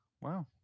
Wow